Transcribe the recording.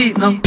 no